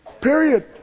period